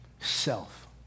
Self